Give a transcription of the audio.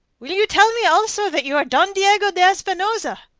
will you tell me also that you are don diego de espinosa?